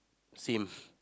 same